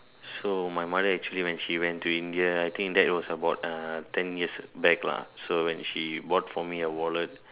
so my mother actually when she went to India I think that was about uh ten years back lah so when she bought for me a wallet